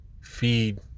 feed